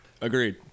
Agreed